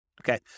Okay